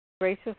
Gracious